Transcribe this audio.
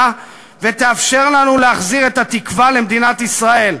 ותאפשר לנו להחזיר את התקווה למדינת ישראל,